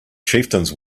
chieftains